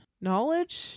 knowledge